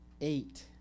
eight